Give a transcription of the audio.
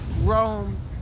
Rome